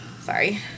sorry